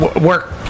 work